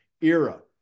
era